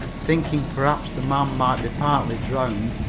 thinking perhaps the man might be partly drowned,